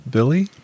Billy